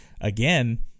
again